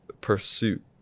pursuit